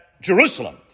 Jerusalem